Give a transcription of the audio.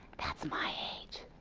that's my age.